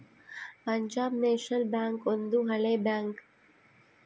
Punjab national bank ಒಂದು ಹಳೆ bank